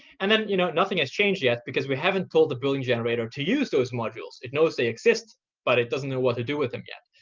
and then you know nothing has changed yet because we haven't told the building generator to use those modules. it knows they exist but it doesn't know what to do with them yet.